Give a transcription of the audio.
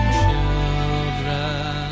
children